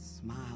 smile